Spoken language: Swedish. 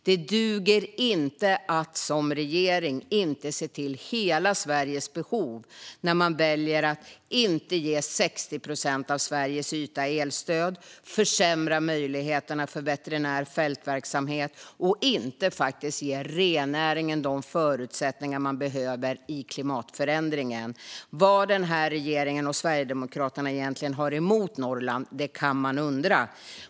Det duger inte att som regering inte se till hela Sveriges behov som när man väljer att inte ge 60 procent av Sveriges yta elstöd, försämra möjligheterna för veterinär fältverksamhet och inte ge rennäringen de förutsättningar den behöver i klimatförändringen. Vad den här regeringen och Sverigedemokraterna egentligen har emot Norrland kan man undra.